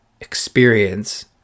experience